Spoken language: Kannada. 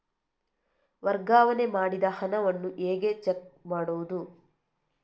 ವರ್ಗಾವಣೆ ಮಾಡಿದ ಹಣವನ್ನು ಹೇಗೆ ಚೆಕ್ ಮಾಡುವುದು?